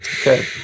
Okay